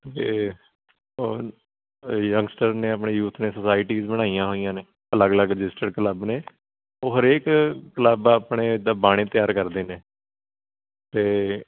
ਅਤੇ ਉਹ ਯੰਗਸਟਰ ਨੇ ਆਪਣੇ ਯੂਥ ਨੇ ਆਪਣੀ ਸੁਸਾਇਟੀਸ ਬਣਾਈਆਂ ਹੋਈਆਂ ਨੇ ਅਲੱਗ ਅਲੱਗ ਰਜਿਸਟਰਡ ਕਲੱਬ ਨੇ ਉਹ ਹਰੇਕ ਕਲੱਬ ਆਪਣੇ ਇੱਦਾਂ ਬਾਣੀ ਤਿਆਰ ਕਰਦੇ ਨੇ ਅਤੇ